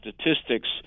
statistics